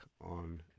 on